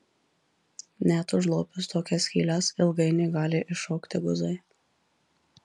net užlopius tokias skyles ilgainiui gali iššokti guzai